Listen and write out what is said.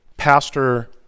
pastor